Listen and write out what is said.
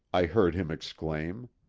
i heard him exclaim.